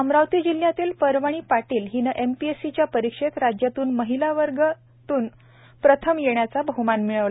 अमरावती जिल्ह्यातील पर्वणी रविंद्र पाटील हिने एमपीएससीच्या परीक्षेत राज्यातून महिलावर्ग वारीतून प्रथम येण्याचा बहमान मिळवला